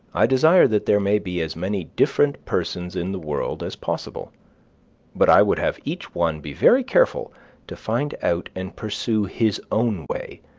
i desire that there may be as many different persons in the world as possible but i would have each one be very careful to find out and pursue his own way,